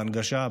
ההנגשה,